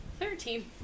Thirteen